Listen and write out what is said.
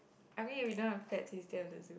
I mean if you don't affect then you still have to do